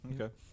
Okay